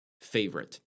favorite